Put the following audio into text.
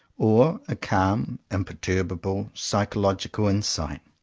or a calm, imperturbable, psychological insight.